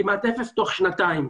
כמעט לאפס תוך שנתיים.